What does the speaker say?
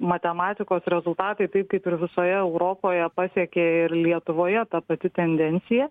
matematikos rezultatai taip kaip ir visoje europoje pasiekė ir lietuvoje ta pati tendencija